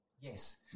yes